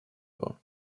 его